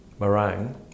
meringue